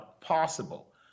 possible